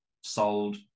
sold